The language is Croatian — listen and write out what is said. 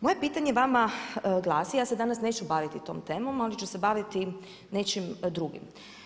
Moje pitanje vama glasi, ja se danas neću baviti tom temom ali ću se baviti nečim drugim.